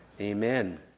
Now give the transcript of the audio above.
Amen